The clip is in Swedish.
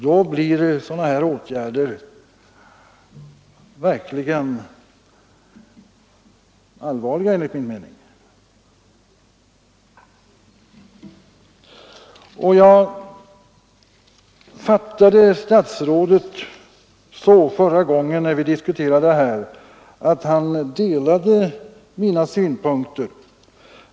Då blir sådana här försämringar verkligt allvarliga enligt min mening. Jag uppfattade statsrådet så förra gången när vi diskuterade här i kammaren att han delade mina synpunkter.